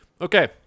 Okay